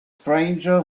stranger